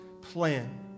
plan